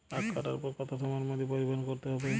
আখ কাটার পর কত সময়ের মধ্যে পরিবহন করতে হবে?